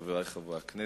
חברי חברי הכנסת,